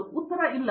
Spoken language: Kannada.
ನನಗೆ ಉತ್ತರ ಇಲ್ಲ